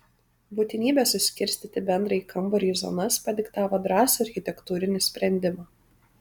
būtinybė suskirstyti bendrąjį kambarį į zonas padiktavo drąsų architektūrinį sprendimą